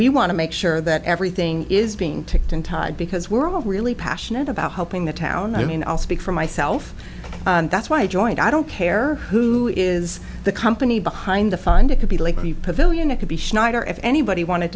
we want to make sure that everything is being ticked and tied because we're all really passionate about helping the town i mean i'll speak for myself and that's why i joined i don't care who is the company behind the find it could be like the pavilion it could be schneider if anybody wanted